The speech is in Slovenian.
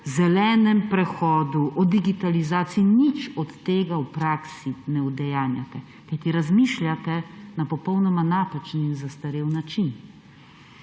zelenem prehodu, o digitalizaciji – nič od tega v praksi ne udejanjate! Kajti, razmišljate na popolnoma napačen in zastarel način.